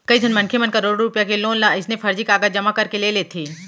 कइझन मनखे मन करोड़ो रूपिया के लोन ल अइसने फरजी कागज जमा करके ले लेथे